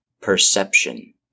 Perception